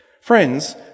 Friends